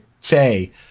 say